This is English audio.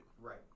Right